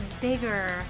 bigger